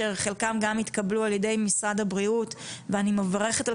שחלקם גם התקבלו על ידי משרד הבריאות ואני מברכת על